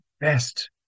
best